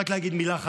רק להגיד מילה אחת,